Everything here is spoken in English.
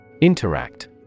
Interact